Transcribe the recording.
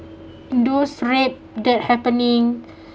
those rape that happening